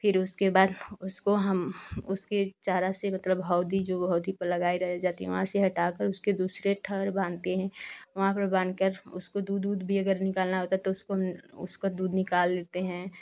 फिर उसके बाद उसको हम चारा से मतलब हाऊदी जो है हाऊदी पर लगाई रही जाती है वहाँ से हटा कर उसे दूसरे ठौड़ बाँधते हैं वहाँ पे बाँध वान्ध तो दूध वूध भी अगर निकालना होता है तो उसका भी दूध निकालते हैं